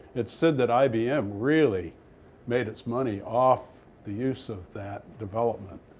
it's said that ibm really made its money off the use of that development.